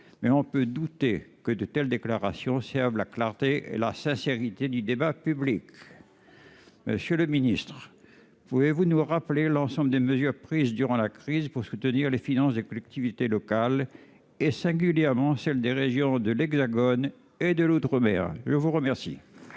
mais on peut douter que de telles déclarations servent la clarté et la sincérité du débat public. Monsieur le ministre, pouvez-vous nous rappeler l'ensemble des mesures prises durant la crise pour soutenir les finances des collectivités locales et, singulièrement, celles des régions dans l'Hexagone comme en outre-mer ? La parole